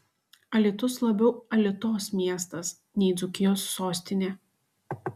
alytus labiau alitos miestas nei dzūkijos sostinė